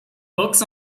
books